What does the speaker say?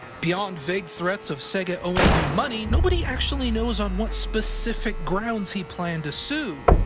beyond vague threats of sega owing him money, nobody actually knows on what specific grounds he planned to sue,